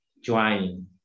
join